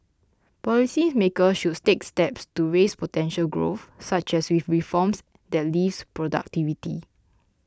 policy maker should take steps to raise potential growth such as with reforms that lift productivity